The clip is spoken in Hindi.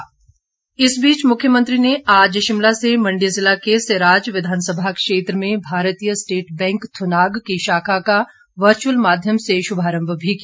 बैंक शाखा इस बीच मुख्यमंत्री ने आज शिमला से मंडी जिला के सराज विधानसभा क्षेत्र में भारतीय स्टेट बैंक थुनाग की शाखा का वर्चुअल माध्यम से शुभारम्भ भी किया